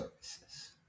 services